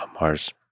Mars